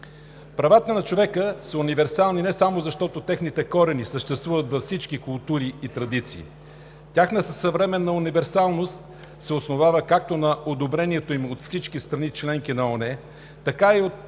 Правата на човека са универсални не само защото техните корени съществуват във всички култури и традиции. Тяхната съвременна универсалност се основава както на одобрението им от всички страни – членки на ООН, така и от